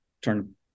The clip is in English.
turn